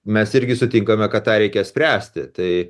mes irgi sutinkame kad tą reikia spręsti tai